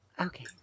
Okay